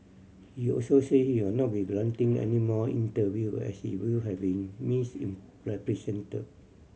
he also said he will not be granting any more interview as his view had been miss in represented